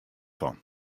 fan